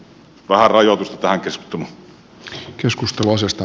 arojoki tacis tuki neljää autoa